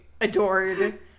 adored